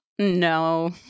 No